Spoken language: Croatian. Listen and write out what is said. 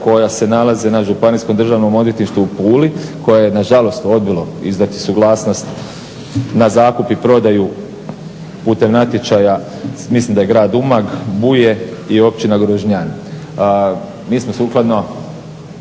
koja se nalaze na županijskom državnom odvjetništvu u Puli, koje je nažalost odbilo izdati suglasnost na zakup i prodaju putem natječaja, mislim da je grad Umag, Buje i Općina Grižnjan. Mi smo sukladno